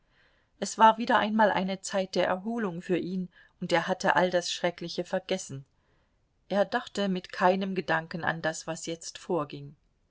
es war wieder einmal eine zeit der erholung für ihn und er hatte all das schreckliche vergessen er dachte mit keinem gedanken an das was jetzt vorging